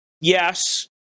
yes